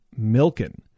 Milken